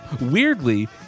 weirdly